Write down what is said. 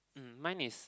mm mine is